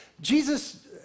Jesus